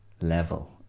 level